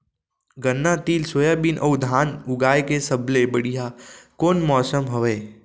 गन्ना, तिल, सोयाबीन अऊ धान उगाए के सबले बढ़िया कोन मौसम हवये?